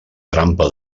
trampa